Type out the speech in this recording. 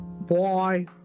Bye